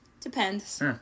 Depends